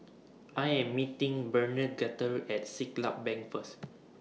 I Am meeting Bernadette At Siglap Bank First